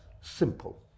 simple